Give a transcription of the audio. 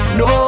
no